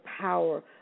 power